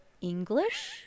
English